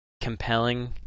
compelling